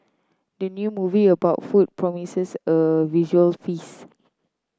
the new movie about food promises a visual feast